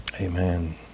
amen